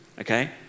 okay